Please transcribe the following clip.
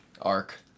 Arc